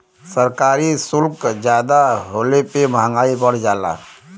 सरकारी सुल्क जादा होले पे मंहगाई बढ़ जाला